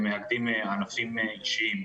איגודים של ענפים אישיים.